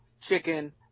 chicken